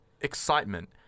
excitement